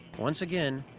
once again,